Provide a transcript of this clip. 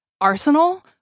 arsenal